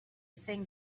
thing